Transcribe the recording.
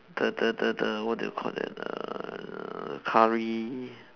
the the the the what do you call that uh curry